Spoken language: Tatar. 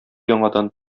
яңадан